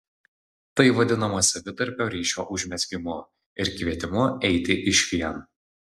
tai vadinama savitarpio ryšio užmezgimu ir kvietimu eiti išvien